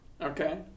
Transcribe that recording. okay